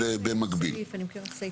כבוד היושב ראש,